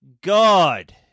God